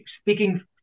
speaking